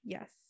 Yes